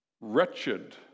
Wretched